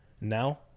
Now